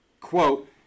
quote